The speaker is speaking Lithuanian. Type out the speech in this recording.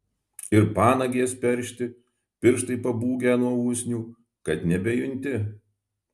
ir panagės peršti pirštai pabūgę nuo usnių kad nebejunti